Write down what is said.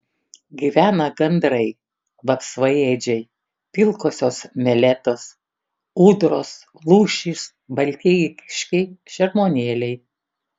gyvena gandrai vapsvaėdžiai pilkosios meletos ūdros lūšys baltieji kiškiai šermuonėliai